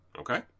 okay